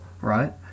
Right